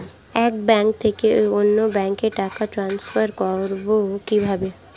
এক ব্যাংক থেকে অন্য ব্যাংকে টাকা ট্রান্সফার করবো কিভাবে?